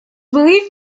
believed